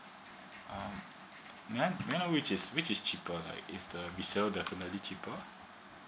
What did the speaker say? mm may i may i know which is which is cheaper like is the resale definitely cheaper